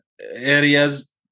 areas